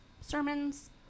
sermons